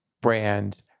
brand